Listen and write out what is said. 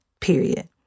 Period